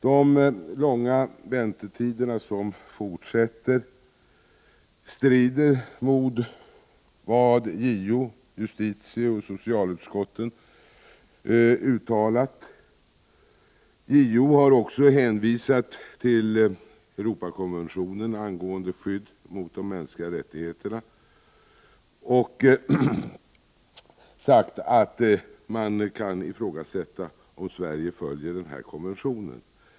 De långa väntetider som vi fortsätter att ha strider mot vad JO, justitieutskottet och socialutskottet uttalat. JO har också hänvisat till Europakonventionen angående skydd för de mänskliga rättigheterna och sagt att man kan 75 ifrågasätta om Sverige följer den här konventionen.